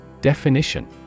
Definition